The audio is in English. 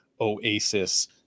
oasis